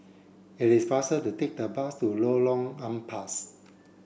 it is faster to take the bus to Lorong Ampas